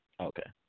Okay